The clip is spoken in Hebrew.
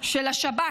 של השב"כ,